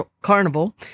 carnival